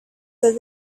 that